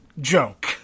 joke